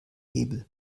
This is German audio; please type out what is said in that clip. hebel